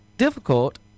difficult